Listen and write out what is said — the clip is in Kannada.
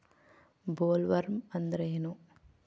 ಬೊಲ್ವರ್ಮ್ ಅಂದ್ರೇನು?